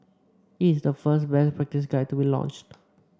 it is the first best practice guide to be launched